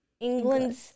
England's